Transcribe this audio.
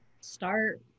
start